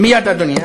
מייד, אדוני.